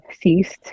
ceased